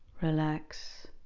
relax